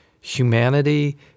humanity